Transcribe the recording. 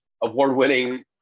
award-winning